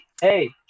Hey